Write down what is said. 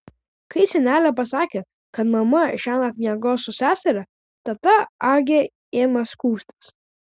kai senelė pasakė kad mama šiąnakt miegos su seseria teta agė ėmė skųstis